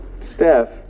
Steph